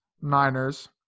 Niners